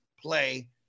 play